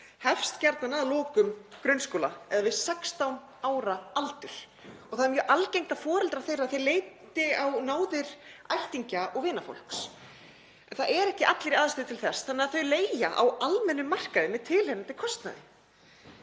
hefst gjarnan að loknum grunnskóla eða við 16 ára aldur og það er mjög algengt að foreldrar þeirra leiti á náðir ættingja og vinafólks. En það eru ekki allir í aðstöðu til þess þannig að þau leigja þá á almennum markaði með tilheyrandi kostnaði.